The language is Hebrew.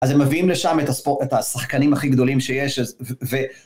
אז הם מביאים לשם את השחקנים הכי גדולים שיש, ו...